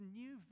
new